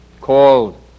called